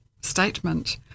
statement